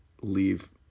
leave